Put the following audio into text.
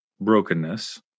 brokenness